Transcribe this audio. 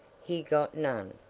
he got none.